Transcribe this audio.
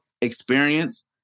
experience